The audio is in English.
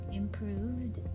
improved